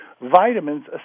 vitamins